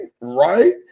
right